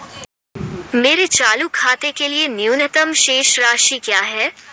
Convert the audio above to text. मेरे चालू खाते के लिए न्यूनतम शेष राशि क्या है?